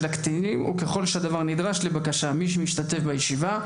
הקטינים וכלל שהדבר לבקשת מי שמשתתף בישיבה,